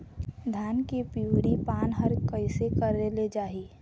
धान के पिवरी पान हर कइसे करेले जाही?